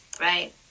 Right